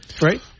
Right